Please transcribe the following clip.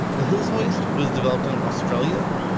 the hills hoist was developed in australia,